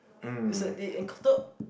is a they encounter